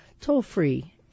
toll-free